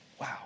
wow